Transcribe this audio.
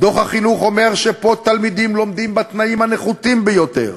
דוח החינוך אומר שתלמידים לומדים פה בתנאים הנחותים ביותר,